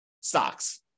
stocks